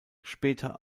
später